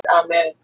Amen